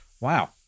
wow